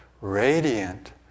radiant